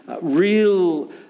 real